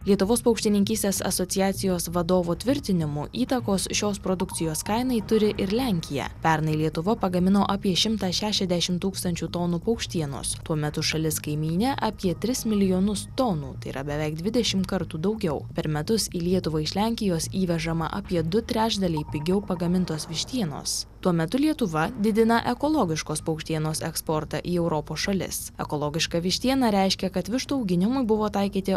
lietuvos paukštininkystės asociacijos vadovo tvirtinimu įtakos šios produkcijos kainai turi ir lenkija pernai lietuva pagamino apie šimtą šešiasdešim tūkstančių tonų paukštienos tuo metu šalis kaimynė apie tris milijonus tonų tai yra beveik dvidešim kartų daugiau per metus į lietuvą iš lenkijos įvežama apie du trečdaliai pigiau pagamintos vištienos tuo metu lietuva didina ekologiškos paukštienos eksportą į europos šalis ekologiška vištiena reiškia kad vištų auginimui buvo taikyti